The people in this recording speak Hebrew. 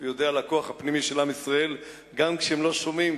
הוא יודע על הכוח הפנימי של עם ישראל גם כשהם לא שומעים.